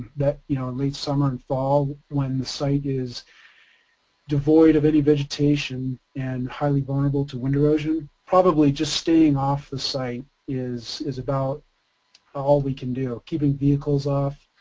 that you know, late summer and fall when the site is devoid of any vegetation and highly vulnerable to erosion, probably just staying off the site is, is about all we can do. keeping vehicles off,